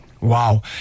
Wow